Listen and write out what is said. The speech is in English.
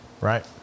Right